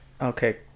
Okay